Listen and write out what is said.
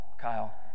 Kyle